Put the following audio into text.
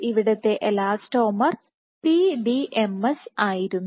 ഇവിടത്തെ elastomer PDMS ആയിരുന്നു